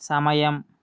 సమయం